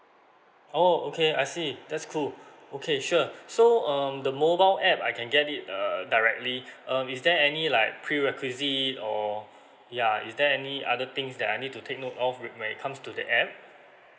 oh okay I see that's cool okay sure so um the mobile app I can get it err directly um is there any like pre requisite or yeah is there any other things that I need to take note of when it comes to the app